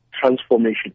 transformation